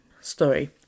story